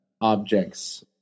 objects